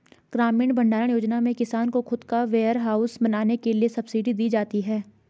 ग्रामीण भण्डारण योजना में किसान को खुद का वेयरहाउस बनाने के लिए सब्सिडी दी जाती है